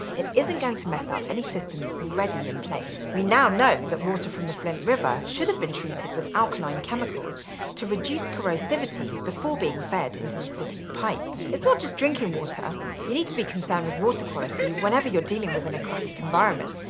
it isn't going to mess up any systems already in place. we now know that water from the flint river should've been treated with alkaline chemicals to reduce corrosivity before being fed into the city's pipes. it's not just drinking water you need to be concerned with water quality whenever you're dealing with an aquatic environment,